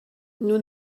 nous